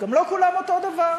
גם לא כולם אותו דבר,